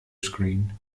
screen